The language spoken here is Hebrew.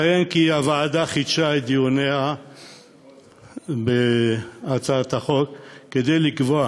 אציין כי הוועדה חידשה את דיוניה בהצעת החוק כדי לקבוע